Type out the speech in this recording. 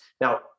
Now